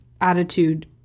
attitude